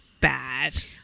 bad